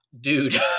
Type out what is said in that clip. dude